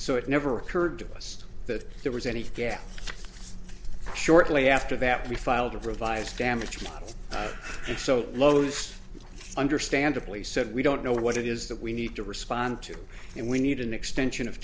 so it never occurred to us that there was any gap shortly after that we filed a revised damage not in so close understandably so that we don't know what it is that we need to respond to and we need an extension of